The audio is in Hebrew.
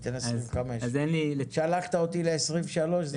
ניתן 25. שלחת אותי ל-2023,